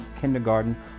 kindergarten